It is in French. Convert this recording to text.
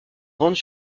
grandes